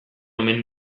omen